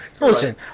Listen